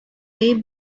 way